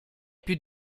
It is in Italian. più